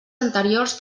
anteriors